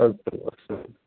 अस्तु अस्तु